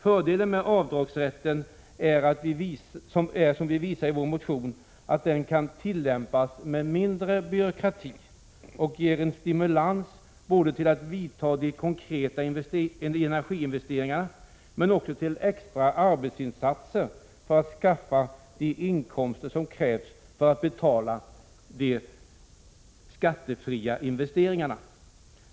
Fördelen med avdragsrätten är, som vi visar i vår motion, att den kan tillämpas med mindre byråkrati och ger en stimulans både till att vidta de konkreta energiinvesteringarna och till extra arbetsinsatser för att skaffa de inkomster som krävs för att betala de skattefria investeringarna.